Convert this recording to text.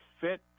fit